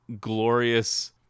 glorious